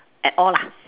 at all lah